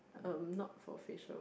um not for facial